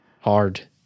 Hard